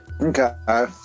okay